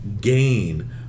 gain